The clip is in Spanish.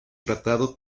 tratado